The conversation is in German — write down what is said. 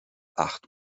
acht